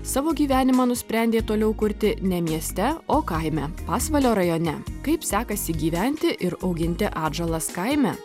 savo gyvenimą nusprendė toliau kurti ne mieste o kaime pasvalio rajone kaip sekasi gyventi ir auginti atžalas kaime